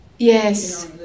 Yes